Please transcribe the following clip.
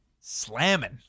Slamming